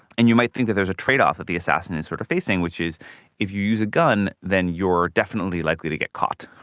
and you might think that there is a trade-off that the assassin is sort of facing which is if you use a gun then are definitely likely to get caught.